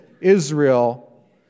Israel